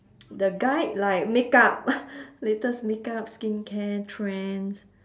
the guide like makeup latest makeup skincare trends